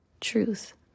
truth